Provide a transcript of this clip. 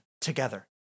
Together